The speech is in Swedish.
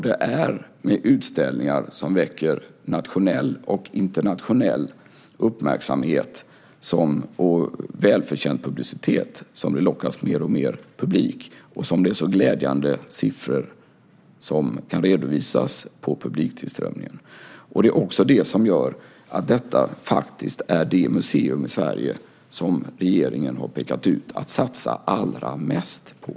Det är med utställningar som väcker nationell och internationell uppmärksamhet och får välförtjänt publicitet som mer och mer publik lockas. Det är därför det kan redovisas så glädjande siffror för publiktillströmningen. Det är också det som gör att detta är det museum i Sverige som regeringen har pekat ut som det som man ska satsa allra mest på.